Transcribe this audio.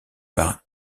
par